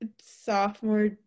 sophomore